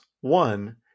One